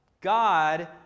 God